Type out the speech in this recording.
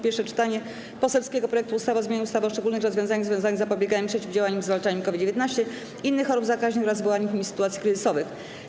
Pierwsze czytanie poselskiego projektu ustawy o zmianie ustawy o szczególnych rozwiązaniach związanych z zapobieganiem, przeciwdziałaniem i zwalczaniem COVID-19, innych chorób zakaźnych oraz wywołanych nimi sytuacji kryzysowych.